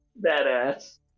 Badass